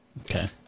Okay